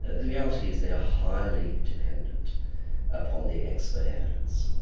the reality is they are highly dependent upon the expert evidence.